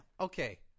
Okay